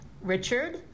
richard